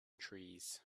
trees